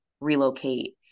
relocate